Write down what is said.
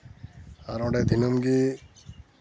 ᱟᱨ ᱚᱸᱰᱮ ᱫᱤᱱᱟᱹᱢ ᱜᱮ